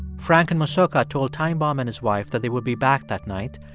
frank and mosoka told time bomb and his wife that they would be back that night.